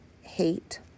hate